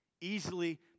easily